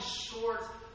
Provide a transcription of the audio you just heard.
short